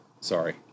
sorry